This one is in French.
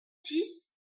six